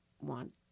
want